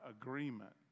agreement